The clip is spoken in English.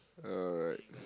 alright